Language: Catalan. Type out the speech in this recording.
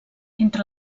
entre